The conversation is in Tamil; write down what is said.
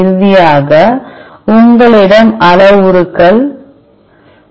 இறுதியாக உங்களிடம் அளவுருக்கள் இருந்தால் BLAST ஐக் கிளிக் செய்க